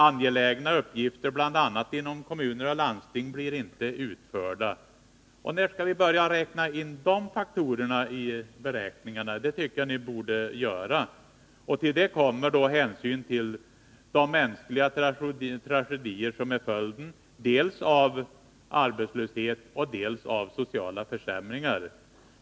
Angelägna uppgifter, bl.a. inom kommuner och landsting, blir inte utförda. När skall ni börja ta med de här faktorerna i beräkningarna? Det tycker jag ni borde göra. Till detta kommer hänsyn till de mänskliga tragedier som blir följden dels av arbetslöshet, dels av sociala försämringar.